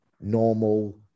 normal